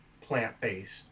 plant-based